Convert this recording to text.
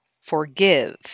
forgive